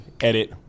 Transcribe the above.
edit